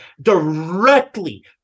directly